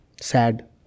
sad